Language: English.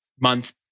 month